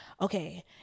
okay